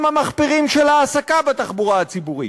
המחפירים של העסקה בתחבורה הציבורית.